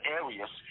areas